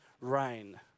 rain